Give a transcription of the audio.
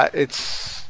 it's,